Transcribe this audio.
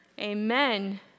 amen